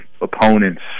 opponents